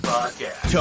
Podcast